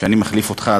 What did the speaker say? אני מחליף אותך,